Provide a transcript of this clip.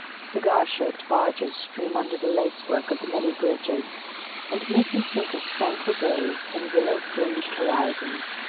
cigar-shaped barges stream under the lacework of the many bridges and make me think of tranquil days and willow-fringed horizons.